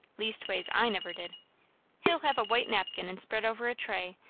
leastways i never did he'll have a white napkin and spread over a tray,